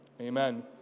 Amen